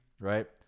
right